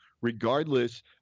regardless